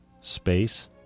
Space